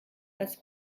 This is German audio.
als